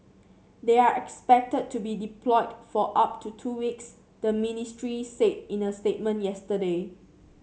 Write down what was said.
they are expected to be deployed for up to two weeks the ministry said in a statement yesterday